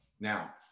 Now